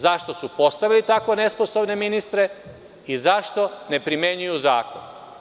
Zašto su postali tako nesposobne ministre i zašto ne primenjuju zakon.